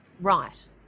Right